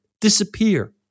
disappear